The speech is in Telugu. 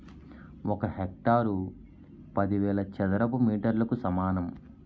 ఒక హెక్టారు పదివేల చదరపు మీటర్లకు సమానం